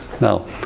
now